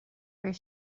where